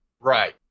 Right